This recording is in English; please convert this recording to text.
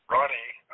Ronnie